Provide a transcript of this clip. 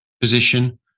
position